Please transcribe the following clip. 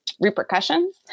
repercussions